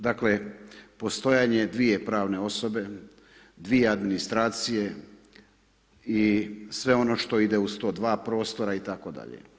Dakle postojanje dvije pravne osobe, dvije administracije i sve ono što ide uz to, dva prostora itd.